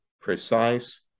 precise